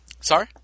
Sorry